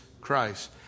Christ